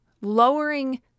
lowering